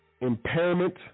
impairment